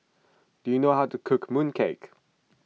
do you know how to cook Mooncake